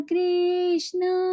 Krishna